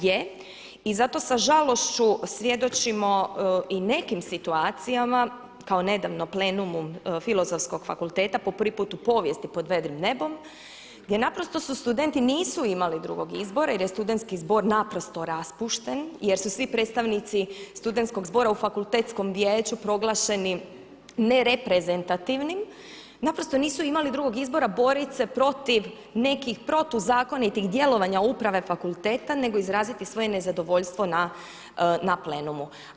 Je, i zato sa žalošću svjedočimo i nekim situacijama, kao nedavno plenumu Filozofskog fakulteta po prvi put u povijesti pod vedrim nebom, gdje naprosto studenti nisu imali drugog izbora jer je Studentski zbor naprasno raspušten jer su svi predstavnici Studentskog zbora u Fakultetskom vijeću proglašeni nereprezentativnim, naprosto nisu imali drugog izbora boriti se protiv nekih protuzakonitih djelovanja uprave fakulteta nego izraziti svoje nezadovoljstvo na plenumu.